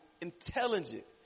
intelligent